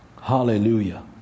Hallelujah